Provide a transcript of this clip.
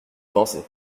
penser